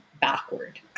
backward